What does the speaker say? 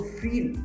feel